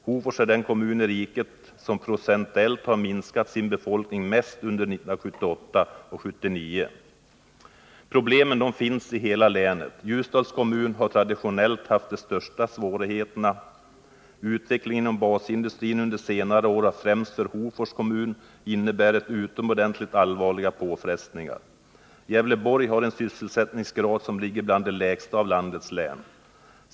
Hofors är den kommun i riket som procentuellt har minskat sin befolkning mest under 1978 och 1979. Problemen finns i hela länet. Ljusdals kommun har traditionellt haft de största svårigheterna. Utvecklingen inom basindustrin under senare år har främst för Hofors kommun inneburit utomordentligt allvarliga påfrestningar. Gävleborg har en sysselsättninggrad som ligger bland de lägsta av landets län.